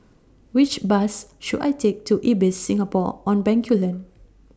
Which Bus should I Take to Ibis Singapore on Bencoolen